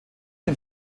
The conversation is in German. dem